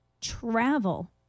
travel